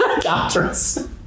doctors